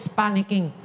panicking